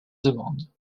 demande